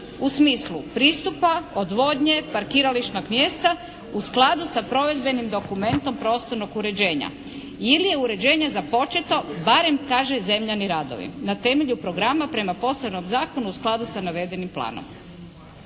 u smislu pristupa, odvodnje, parkirališnog mjesta u skladu sa provedbenim dokumentom prostornog uređenja ili uređenja započeto barem kaže zemljani radovi na temelju programa prema posebnom zakonu u skladu sa navedenim planom.